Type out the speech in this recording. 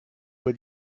für